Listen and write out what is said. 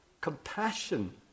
compassion